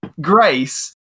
Grace